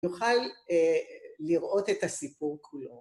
‫נוכל לראות את הסיפור כולו.